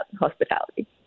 hospitality